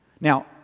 Now